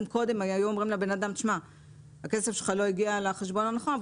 קודם היו אומרים לבן אדם שהכסף שלך לא הגיע לחשבון הנכון,